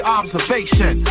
observation